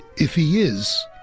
if he is,